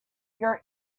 your